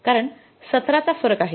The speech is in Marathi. कारण १७ चा फरक आहे